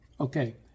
Okay